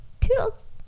toodles